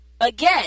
Again